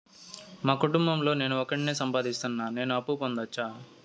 మా కుటుంబం లో నేను ఒకడినే సంపాదిస్తున్నా నేను అప్పు పొందొచ్చా